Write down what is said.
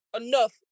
enough